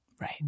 Right